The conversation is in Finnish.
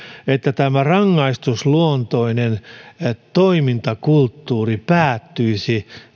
että tämä rangaistusluontoinen toimintakulttuuri päättyisi